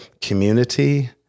community